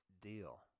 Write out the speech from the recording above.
deal